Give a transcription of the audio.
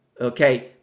Okay